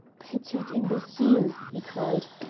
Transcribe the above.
petite imbecile! he cried,